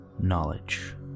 knowledge